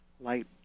light